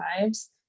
lives